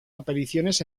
apariciones